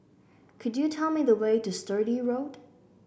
could you tell me the way to Sturdee Road